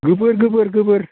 गोबोर गोबोर गोबोर